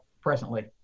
presently